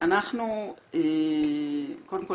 קודם כול,